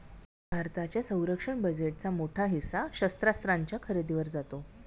भारताच्या संरक्षण बजेटचा मोठा हिस्सा शस्त्रास्त्रांच्या खरेदीवर जातो